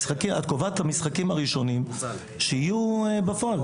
את קובעת את המשחקים הראשונים שיהיו בפועל.